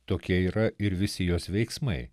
tokie yra ir visi jos veiksmai